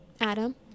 Adam